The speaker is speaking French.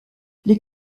les